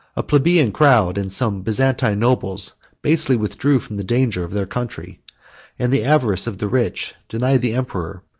a plebeian crowd, and some byzantine nobles basely withdrew from the danger of their country and the avarice of the rich denied the emperor,